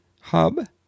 hub